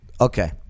Okay